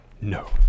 No